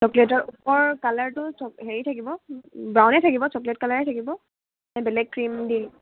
চকলেটৰ ওপৰ কালাৰটো হেৰি থাকিব ব্ৰাউনে থাকিব চকলেট কালাৰে থাকিব নে বেলেগ ক্ৰীম দি